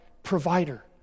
provider